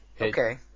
Okay